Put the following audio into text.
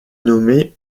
nommée